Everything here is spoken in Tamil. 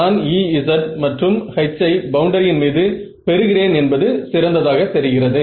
நான் Ez மற்றும் H ஐ பவுண்டரியின் மீது பெறுகிறேன் என்பது சிறந்ததாக தெரிகிறது